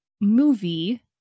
movie